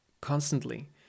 constantly